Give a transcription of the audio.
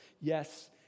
yes